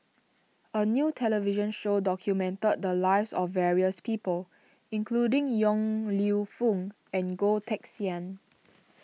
a new television show documented the lives of various people including Yong Lew Foong and Goh Teck Sian